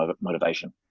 motivation